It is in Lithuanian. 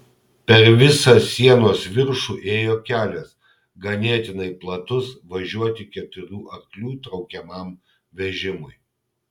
per visą sienos viršų ėjo kelias ganėtinai platus važiuoti keturių arklių traukiamam vežimui